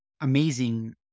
amazing